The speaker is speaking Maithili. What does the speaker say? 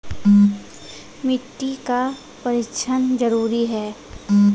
मिट्टी का परिक्षण जरुरी है?